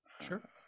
sure